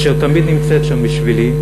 אשר תמיד נמצאת שם בשבילי,